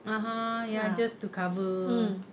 (uh huh) ya just to cover